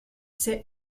c’est